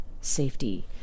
safety